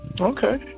Okay